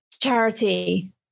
charity